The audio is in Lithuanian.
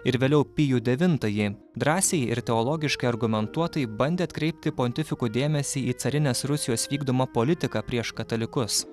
ir vėliau pijų devintąjį drąsiai ir teologiškai argumentuotai bandė atkreipti pontifikų dėmesį į carinės rusijos vykdomą politiką prieš katalikus